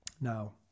now